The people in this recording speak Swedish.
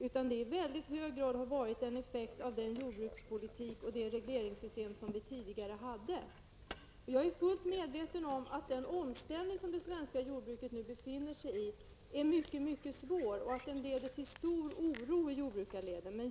Den processen har i hög grad varit en effekt av den jordbrukspolitik och det regleringssystem som vi hade tidigare. Jag är fullt medveten om att den omställning som det svenska jordbruket nu befinner sig i är mycket svår och leder till stor oro i jordbrukarleden.